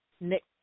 Nick